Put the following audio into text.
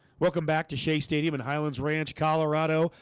welcome back to shea stadium in highlands ranch colorado.